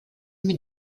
mit